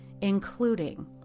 including